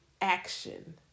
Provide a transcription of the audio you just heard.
action